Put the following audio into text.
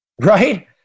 Right